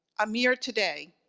amir today,